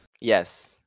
Yes